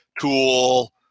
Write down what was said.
tool